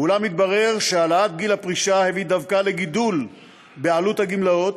אולם התברר שהעלאת גיל הפרישה הביאה דווקא לגידול בעלות הגמלאות,